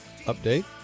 update